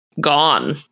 gone